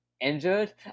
injured